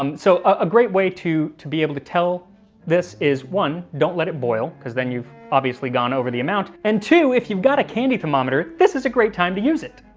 um so a great way to to be able to tell this is one don't let it boil because then you've obviously gone over the amount, and two if you've got a candy thermometer this is a great time to use it.